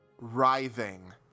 writhing